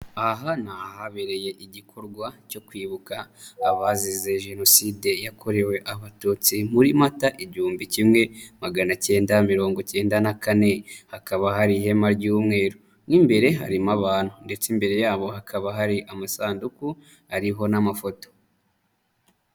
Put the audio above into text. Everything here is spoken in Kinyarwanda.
Aha ni ahabereye igikorwa cyo kwibuka, abazize Jenoside yakorewe abatutsi muri Mata igihumbi kimwe magana cyenda mirongo icyenda na kane. Hakaba hari ihema ry'umweru imbere harimo abantu, ndetse imbere yabo hakaba hari amasanduku ariho n'amafoto.